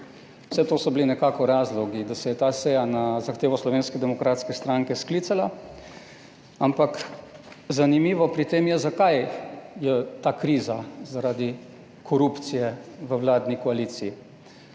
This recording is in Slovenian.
Vse to so bili nekako razlogi, da se je ta seja na zahtevo Slovenske demokratske stranke sklicala. Ampak zanimivo pri tem je, zakaj je ta kriza zaradi korupcije v vladni koaliciji